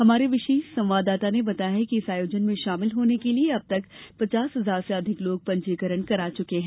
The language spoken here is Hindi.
हमारे विशेष संवाददाता ने बताया है कि इस आयोजन में शामिल होने के लिए अब तक पचास हजार से अधिक लोग पंजीकरण करा चुके हैं